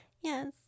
Yes